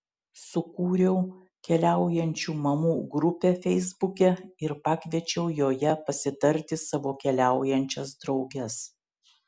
sukūriau keliaujančių mamų grupę feisbuke ir pakviečiau joje pasitarti savo keliaujančias drauges